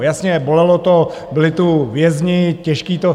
Jasně, bolelo to, byli tu vězni, těžký to...